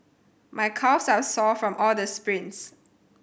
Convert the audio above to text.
my calves are sore from all the sprints